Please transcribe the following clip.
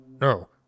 No